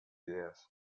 ideas